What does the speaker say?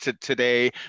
today